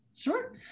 Sure